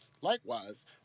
Likewise